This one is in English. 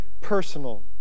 personal